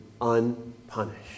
unpunished